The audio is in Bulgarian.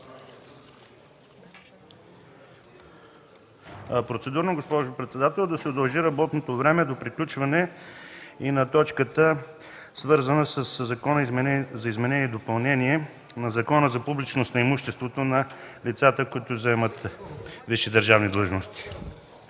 Процедурно, госпожо председател, да се удължи работното време до приключване и на точката, свързана със Законопроекта за изменение и допълнение на Закона за публичност на имуществото на лицата, които заемат висши държавни длъжности.